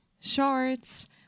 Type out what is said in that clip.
shorts